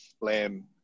Lamb